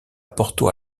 porto